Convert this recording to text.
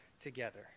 together